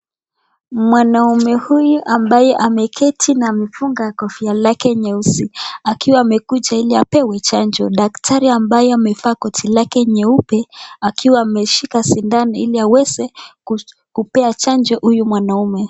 Mwanaume huyu ambaye ameketi na amefunga kofia lake nyeusi akiwa amekuja ili apewe chanjo. Daktari ambaye amevaa koti lake nyeupe, akiwa ameshika sindano ili aweze, kupea chanjo huyu mwanaume.